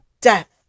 death